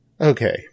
Okay